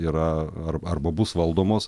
yra ar arba bus valdomos